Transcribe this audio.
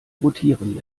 rotieren